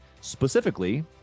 specifically